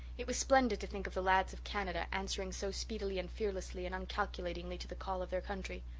it was splendid to think of the lads of canada answering so speedily and fearlessly and uncalculatingly to the call of their country.